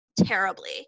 terribly